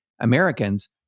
Americans